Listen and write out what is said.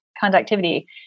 conductivity